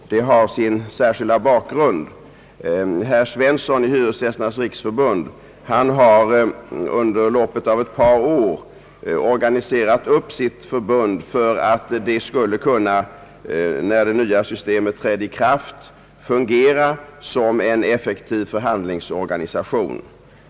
Det har sin särskilda bakgrund. Herr Svensson i Hyresgästernas riksförbund har under loppet av ett par år organiserat upp sitt förbund för att det, när det nya systemet trätt i kraft, skulle kunna fungera som «en effektiv förhandlingsorganisation.